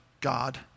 God